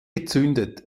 gezündet